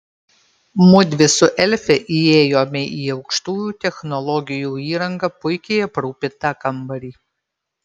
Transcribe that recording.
mudvi su elfe įėjome į aukštųjų technologijų įranga puikiai aprūpintą kambarį